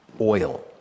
oil